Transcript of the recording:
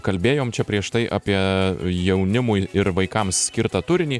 kalbėjom prieš tai apie jaunimui ir vaikams skirtą turinį